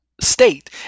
state